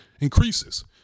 increases